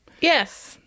Yes